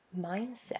mindset